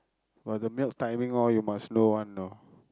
but the milk timing all you must know one know